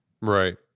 Right